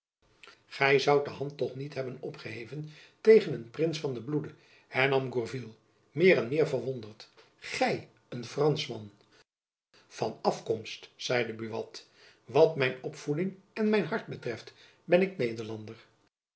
gy zoudt de hand toch niet hebben opgeheven tegen een prins van den bloede hernam gourville meer en meer verwonderd gy een franschman van afkomst zeide buat wat mijn opvoeding en mijn hart betreft ben ik nederlander